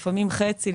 לפעמים חצי,